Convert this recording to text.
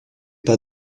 pas